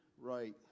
right